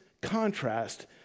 contrast